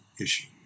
issue